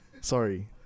Sorry